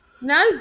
No